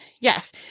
Yes